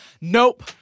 Nope